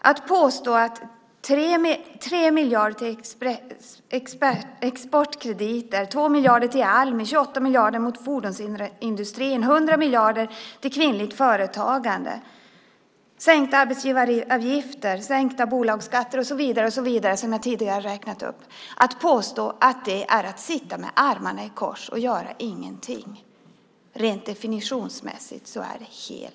Att påstå att 3 miljarder till exportkrediter, 2 miljarder till Almi, 28 miljarder till fordonsindustrin, 100 miljarder till kvinnligt företagande, sänkta arbetsgivaravgifter, sänkta bolagsskatter och så vidare, som jag tidigare har räknat upp, är att sitta med armarna i kors och göra ingenting är rent definitionsmässigt helt fel.